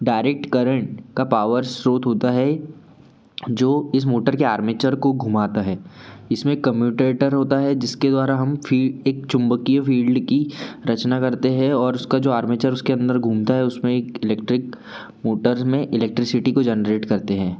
direct current का power स्रोत होता है जो इस मोटर के आर्मेचर को घुमाता है इसमें कम्यूटेटर होता है जिसके द्वारा हम एक चुंबकीय फ़ील्ड की रचना करते है और उसका जो आर्मेचर उसके अंदर घूमता है उसमें एक इलेक्ट्रिक मोटर में इलेक्ट्रिसिटी काे जनरेट करते हैं